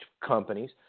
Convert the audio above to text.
companies